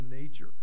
nature